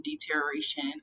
deterioration